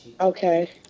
Okay